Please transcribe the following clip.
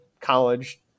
college